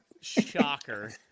shocker